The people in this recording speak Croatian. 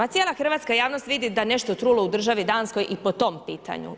Ma cijela hrvatska javnost vidi da je nešto trulo u državi Danskoj i po tom pitanju.